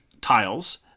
tiles